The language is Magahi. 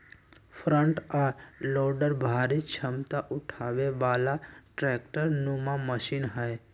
फ्रंट आ लोडर भारी क्षमता उठाबे बला ट्रैक्टर नुमा मशीन हई